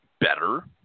better